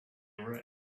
array